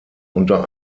unter